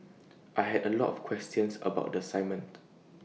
I had A lot of questions about the assignment